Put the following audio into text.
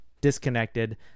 disconnected